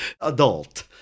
adult